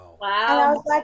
Wow